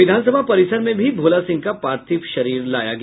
विधानसभा परिसर में भी भोला सिंह का पार्थिव शरीर लाया गया